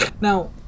Now